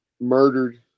Murdered